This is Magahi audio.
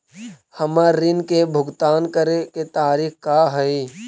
हमर ऋण के भुगतान करे के तारीख का हई?